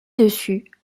dessus